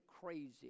crazy